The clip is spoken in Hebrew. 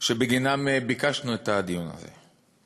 שבגינן ביקשנו את הדיון הזה: